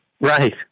right